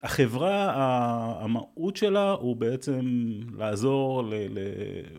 החברה, המהות שלה, הוא בעצם לעזור